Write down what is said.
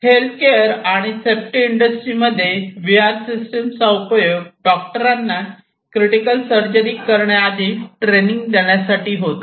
health care आणि safety इंडस्ट्रीमध्ये V R system चा उपयोग डॉक्टरांना क्रिटिकल सर्जरी करण्याआधी ट्रेनिंग देण्यासाठी होतो